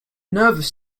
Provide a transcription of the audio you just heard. nervous